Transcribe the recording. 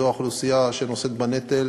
זו אוכלוסייה שנושאת בנטל